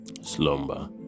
slumber